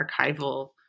archival